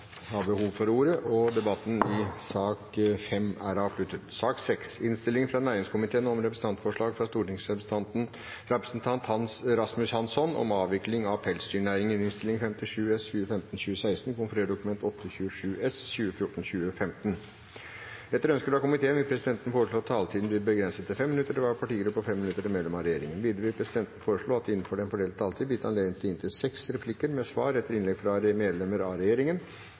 har ikke bedt om ordet til sak nr. 1. Etter ønske fra kommunal- og forvaltningskomiteen vil presidenten foreslå at taletiden blir begrenset til 5 minutter til hver partigruppe og 5 minutter til medlem av regjeringen. Videre vil presidenten foreslå at det blir gitt anledning til seks replikker med svar etter innlegg fra medlemmer av regjeringen